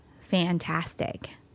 fantastic